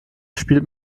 spielt